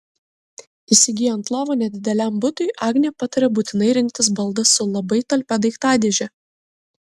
įsigyjant lovą nedideliam butui agnė pataria būtinai rinktis baldą su labai talpia daiktadėže